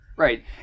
Right